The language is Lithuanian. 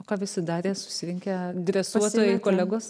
o ką visi darė susirinkę dresuotojai kolegos